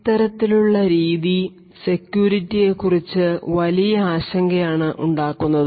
ഇത്തരത്തിലുള്ള രീതി സെക്യൂരിറ്റിയെ കുറിച്ച് വലിയ ആശങ്കയാണ് ഉണ്ടാക്കുന്നത്